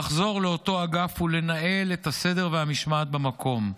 לחזור לאותו אגף ולנהל את הסדר והמשמעת במקום.